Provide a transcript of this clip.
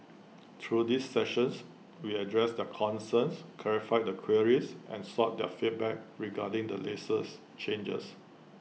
through these sessions we addressed their concerns clarified their queries and sought their feedback regarding the changes